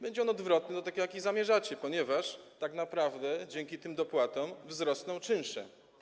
Będzie on odwrotny do tego, jaki zamierzacie, ponieważ tak naprawdę dzięki tym dopłatom wzrosną czynsze.